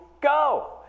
go